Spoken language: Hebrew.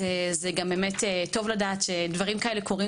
זה גם טוב לדעת שדברים כאלה קורים